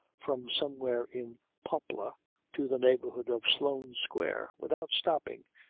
from somewhere in poplar to the neighbourhood of sloane square without stopping,